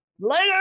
Later